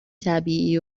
طبیعی